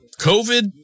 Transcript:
COVID